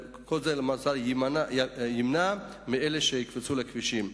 כל זה ימנע מאלה לקפוץ לכבישים.